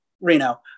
Reno